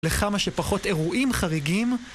לכמה שפחות אירועים חריגים